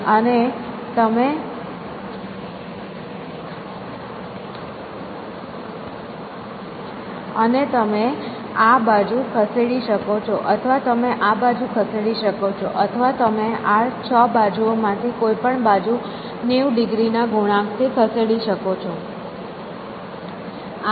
અને તમે આ બાજુ ખસેડી શકો છો અથવા તમે આ બાજુ ખસેડી શકો છો અથવા તમે આ છ બાજુઓ માંથી કોઈપણ બાજુ નેવું ડિગ્રી ના ગુણાંકથી ખસેડી શકો છો